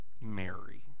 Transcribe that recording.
Mary